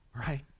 right